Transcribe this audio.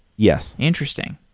yes. interesting.